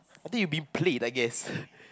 I think you've been played I guess